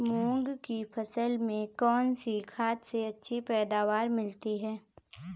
मूंग की फसल में कौनसी खाद से अच्छी पैदावार मिलती है?